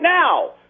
now